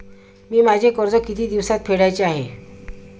मी माझे कर्ज किती दिवसांत फेडायचे आहे?